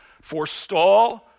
forestall